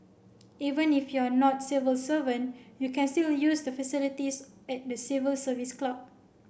even if you are not civil servant you can still use the facilities at the Civil Service Club